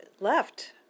left